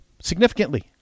significantly